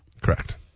Correct